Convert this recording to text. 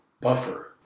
buffer